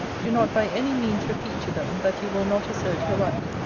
do not by any means repeat to them, that you will not assert your right.